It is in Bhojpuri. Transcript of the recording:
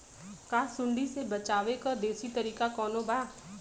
का सूंडी से बचाव क देशी तरीका कवनो बा?